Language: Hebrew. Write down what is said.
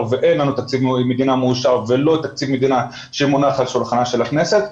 ואין לנו תקציב מדינה מאושר ולא תקציב מדינה שמונח על שולחנה של הכנסת.